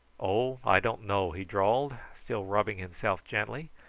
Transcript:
oh, i don't know, he drawled, still rubbing himself gently.